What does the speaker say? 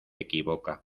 equivoca